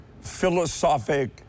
philosophic